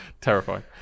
Terrifying